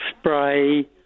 spray